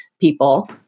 people